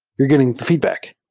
you're getting a feedback.